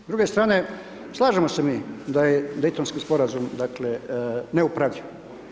S druge strane slažemo se mi da je Dejtonski sporazum dakle neupravljiv.